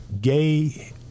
gay